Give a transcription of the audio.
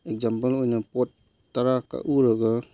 example ꯑꯣꯏꯅ ꯄꯣꯠ ꯇꯔꯥ ꯀꯛꯎꯔꯒ